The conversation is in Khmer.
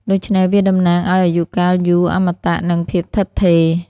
ដូច្នេះវាតំណាងឲ្យអាយុកាលយូរ អមតៈ និងភាពថិតថេរ។